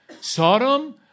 Sodom